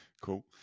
Cool